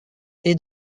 est